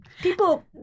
people